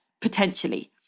potentially